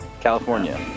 California